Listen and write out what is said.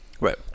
right